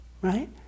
right